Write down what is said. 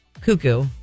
cuckoo